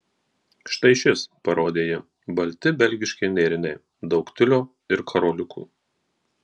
štai šis parodė ji balti belgiški nėriniai daug tiulio ir karoliukų